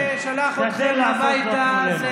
מי ששלח אתכם הביתה זה